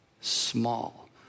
small